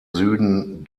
süden